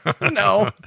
No